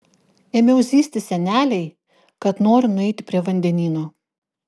ėmiau zyzti senelei kad noriu nueiti prie vandenyno